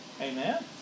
Amen